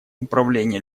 управление